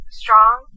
strong